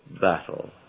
battle